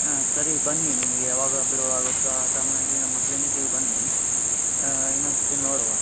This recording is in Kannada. ಹಾಂ ಸರಿ ಬನ್ನಿ ನಿಮಗೆ ಯಾವಾಗ ಬಿಡುವಾಗುತ್ತೋ ಆ ಸಮಯದಲ್ಲಿ ನಮ್ಮ ಕ್ಲಿನಿಕ್ಕಿಗೆ ಬನ್ನಿ ಇನ್ನೊಂದು ಸರ್ತಿ ನೋಡುವ